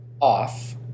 off